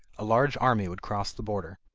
a large army would cross the border.